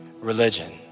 religion